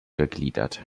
gegliedert